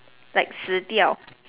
like 死掉：si diao